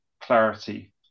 clarity